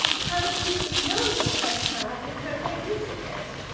how do you know what they have and how they're using it?